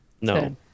No